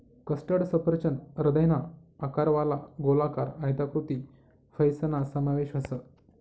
custard सफरचंद हृदयना आकारवाला, गोलाकार, आयताकृती फयसना समावेश व्हस